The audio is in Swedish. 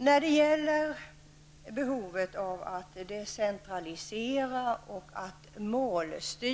När det gäller behovet av att decentralisera och målstyra